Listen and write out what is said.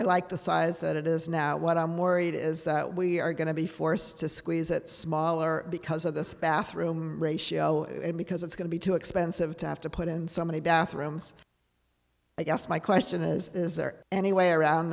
i like the size that it is now what i'm worried is that we are going to be forced to squeeze it smaller because of this bathroom ratio and because it's going to be too expensive to have to put in so many bathrooms i guess my question is is there any way around